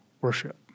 worship